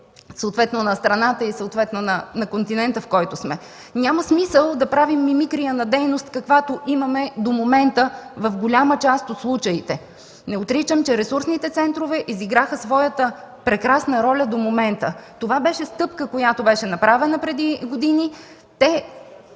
жители на страната и съответно на континента, в който сме. Няма смисъл да правим мимикрия на дейност, каквато имаме досега в голяма част от случаите. Не отричам, че ресурсните центрове изиграха своята прекрасна роля до момента. Това беше стъпка, която беше направена преди години. Те